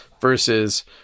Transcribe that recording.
versus